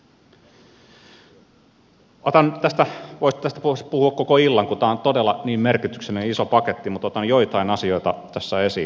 otan nyt tästä tästä voisi puhua koko illan kun tämä on todella niin merkityksellinen iso paketti joitakin asioita tässä esiin